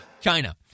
China